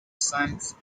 science